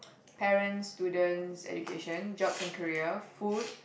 parents students education jobs and career food